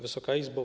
Wysoka Izbo!